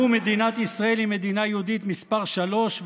נאום מדינת ישראל היא מדינה יהודית מס' 3,